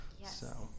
Yes